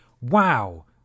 wow